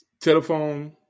telephone